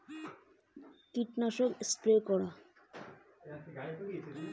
কীটপতঙ্গের হানা থেকে টমেটো ক্ষেত বাঁচানোর উপায় কি?